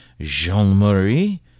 Jean-Marie